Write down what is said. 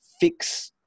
fix